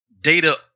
data